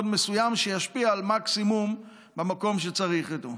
מסוים שישפיע במקסימום במקום שצריך אותו.